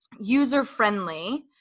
user-friendly